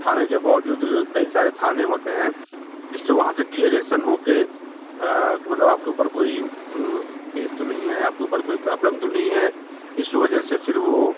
थाने के बावजूद कई सारे थाने होते हैं जिससे वहाँ से क्लियरेसन हो कर कि मतलब आप के ऊपर कोई केस तो नहीं है आप के ऊपर कोई प्राब्लम तो नहीं है इस वजह से फिर वो